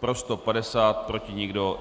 pro 150, proti nikdo.